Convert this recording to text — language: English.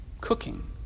cooking